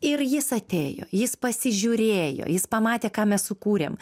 ir jis atėjo jis pasižiūrėjo jis pamatė ką mes sukūrėm